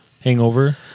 Hangover